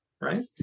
Right